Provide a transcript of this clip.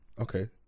Okay